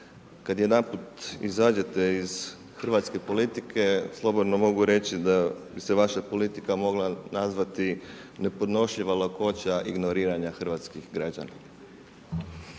kad jedanput izađete iz hrvatske politike, slobodno mogu reći da bi se vaša politika mogla nazvati nepodnošljiva lakoća ignoriranja hrvatskih građana.